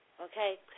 okay